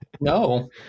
No